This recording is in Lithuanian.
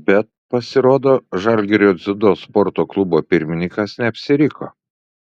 bet pasirodo žalgirio dziudo sporto klubo pirmininkas neapsiriko